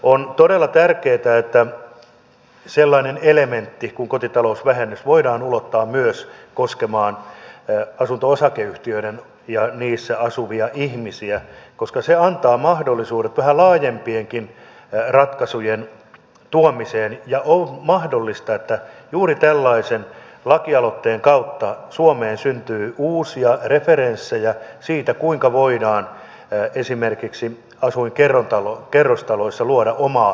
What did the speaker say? on todella tärkeätä että sellainen elementti kuin kotitalousvähennys voidaan ulottaa koskemaan myös asunto osakeyhtiöitä ja niissä asuvia ihmisiä koska se antaa mahdollisuudet vähän laajempienkin ratkaisujen tuomiseen ja on mahdollista että juuri tällaisen lakialoitteen kautta suomeen syntyy uusia referenssejä siitä kuinka voidaan esimerkiksi asuinkerrostaloissa luoda omia energiankäyttöjärjestelmiä